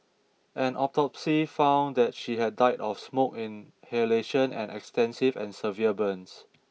an autopsy found that she had died of smoke inhalation and extensive and severe burns